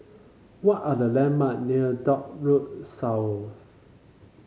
what are the landmark near Dock Road